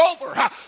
over